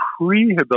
prehabilitation